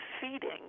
Feeding